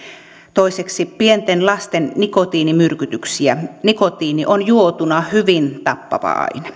toiseksi pienten lasten nikotiinimyrkytyksiä nikotiini on juotuna hyvin tappava aine